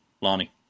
Lonnie